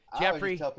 jeffrey